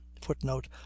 footnote